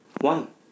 One